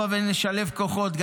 הבה ונשלב כוחות,